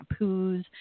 shampoos